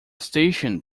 station